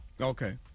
Okay